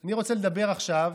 אני רוצה לדבר עכשיו